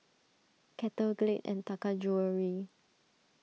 Kettle Glade and Taka Jewelry